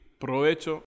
Provecho